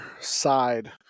side